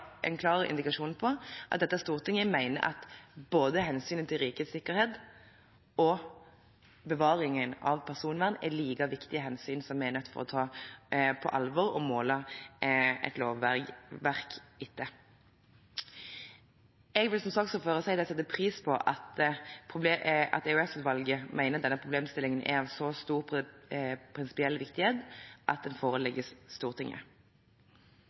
klar indikasjon på at dette stortinget mener at hensynet til rikets sikkerhet og bevaringen av personvern er like viktige hensyn, som vi er nødt til å ta på alvor og måle et lovverk etter. Jeg vil som saksordfører si at jeg setter pris på at EOS-utvalget mener at denne problemstillingen er av så stor prinsipiell viktighet at den forelegges Stortinget.